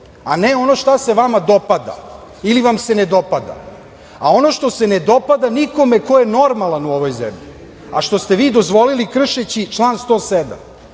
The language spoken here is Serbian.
a ne ono što se vama dopada ili vam se ne dopada. Ono što se ne dopada nikome ko je normalan u ovoj zemlji, a što ste vi dozvolili kršeći član 107,